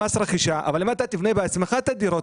אבל אם אתה תבנה בעצמך את הדירות,